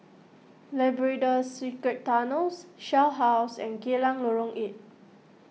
Labrador Secret Tunnels Shell House and Geylang Lorong eight